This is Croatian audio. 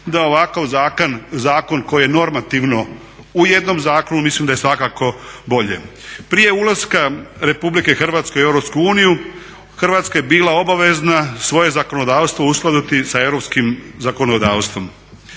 da ovakav zakon koji je normativno u jednom zakonu mislim da je svakako bolje. Prije ulaska Republike Hrvatske u Europsku uniju Hrvatska je bila obavezna svoje zakonodavstvo uskladiti sa europskim zakonodavstvom.